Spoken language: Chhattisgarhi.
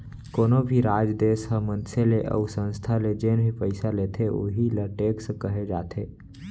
कोनो भी राज, देस ह मनसे ले अउ संस्था ले जेन भी पइसा लेथे वहीं ल टेक्स कहे जाथे